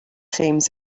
teams